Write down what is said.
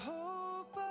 hope